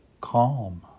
calm